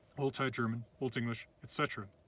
old high german, old english, etc.